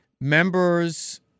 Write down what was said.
members